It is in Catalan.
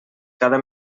cada